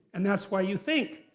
and that's why you think.